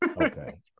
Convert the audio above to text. Okay